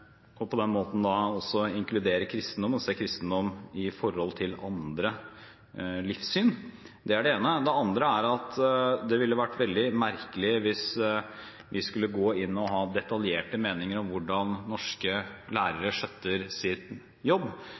og på den måten da også inkludere kristendom og se kristendom i forhold til andre livssyn. Det er det ene. Det andre er at det ville vært veldig merkelig hvis vi skulle gå inn og ha detaljerte meninger om hvordan norske lærere skjøtter sin jobb,